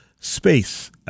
space